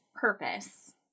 purpose